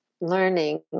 learning